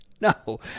no